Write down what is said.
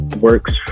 works